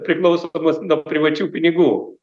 priklausomos nuo privačių pinigų